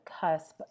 cusp